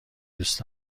دوست